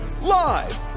live